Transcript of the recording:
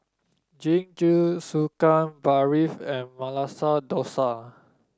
Jingisukan Barfi and Masala Dosa